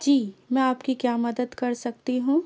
جی میں آپ کی کیا مدد کر سکتی ہوں